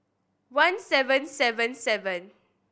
one seven seven seven